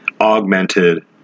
augmented